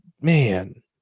man